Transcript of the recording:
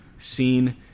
seen